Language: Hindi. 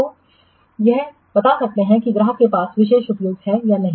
तो यह यह बता सकते हैं कि ग्राहक के पास विशेष उपयोग है या नहीं